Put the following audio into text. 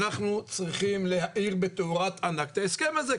אנחנו צריכים להעיר בתאורת ענק את ההסכם הזה,